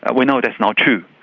ah we know that's not true.